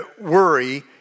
worry